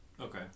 Okay